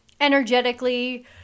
energetically